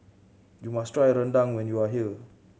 you must try rendang when you are here